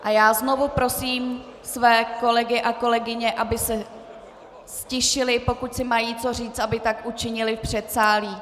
A já znovu prosím své kolegy a kolegyně, aby se ztišili, pokud si mají co říct, aby tak učinili v předsálí.